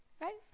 right